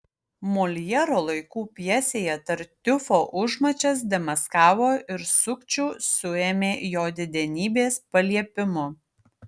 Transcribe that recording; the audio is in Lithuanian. moljero laikų pjesėje tartiufo užmačias demaskavo ir sukčių suėmė jo didenybės paliepimu